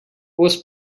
was